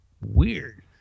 weird